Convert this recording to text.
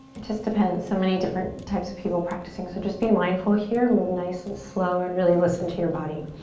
it just depends. so many different types of people practicing so just be mindful here. move nice and slow and really listen to your body.